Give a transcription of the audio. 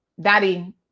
Daddy